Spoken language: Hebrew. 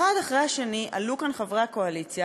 אחד אחרי השני עלו כאן חברי הקואליציה